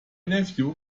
nephew